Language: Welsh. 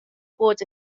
bod